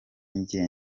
njye